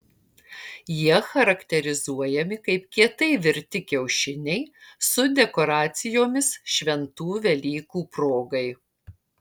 jie charakterizuojami kaip kietai virti kiaušiniai su dekoracijomis šventų velykų progai